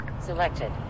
Selected